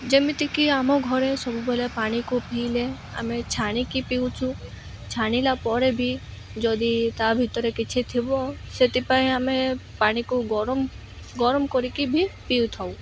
ଯେମିତିକି ଆମ ଘରେ ସବୁବେଳେ ପାଣିକୁ ପିଇଲେ ଆମେ ଛାଣିକି ପିଉଛୁ ଛାଣିଲା ପରେ ବି ଯଦି ତା ଭିତରେ କିଛି ଥିବ ସେଥିପାଇଁ ଆମେ ପାଣିକୁ ଗରମ ଗରମ କରିକି ବି ପିଉଥାଉ